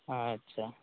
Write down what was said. आच्छा